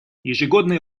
ежегодный